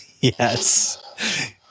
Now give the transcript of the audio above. Yes